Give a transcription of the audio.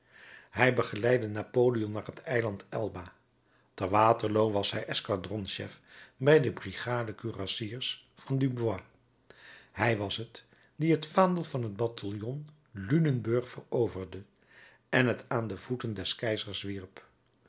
hij begeleidde napoleon naar het eiland elba te waterloo was hij escadronschef bij de brigade curassiers van dubois hij was t die het vaandel van het bataljon lunenburg veroverde en het aan de voeten des keizers wierp